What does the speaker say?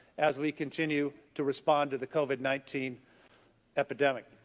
as we continue to respond to the covid nineteen epidemic.